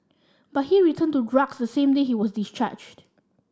but he returned to drugs the same day he was discharged